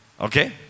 Okay